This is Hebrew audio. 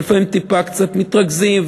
ולפעמים טיפה קצת מתרגזים,